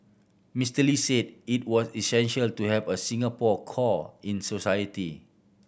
Mister Lee said it was essential to have a Singapore core in society